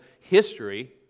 history